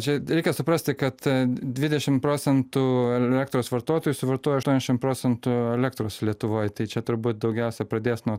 čia reikia suprasti kad dvidešim procentų elektros vartotojų suvartoja aštuonesdiašim procentų elektros lietuvoj tai čia turbūt daugiausia pradės nuo